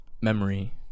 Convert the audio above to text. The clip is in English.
memory